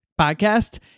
podcast